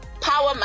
Power